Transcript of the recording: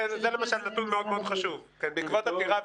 זה למשל נתון מאוד-מאוד חשוב, שזה בעקבות עתירה.